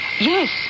Yes